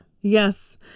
Yes